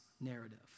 narrative